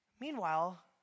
Meanwhile